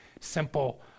simple